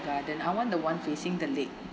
garden I want the one facing the lake